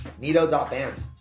Nito.band